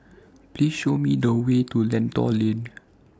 Please Show Me The Way to Lentor Lane